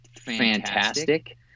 fantastic